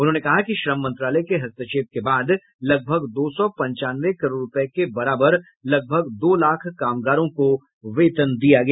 उन्होंने कहा कि श्रम मंत्रालय के हस्तक्षेप के बाद लगभग दो सौ पंचानवे करोड़ रुपये के बराबर लगभग दो लाख कामगारों को वेतन दिया गया